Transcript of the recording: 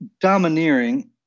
domineering